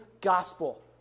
gospel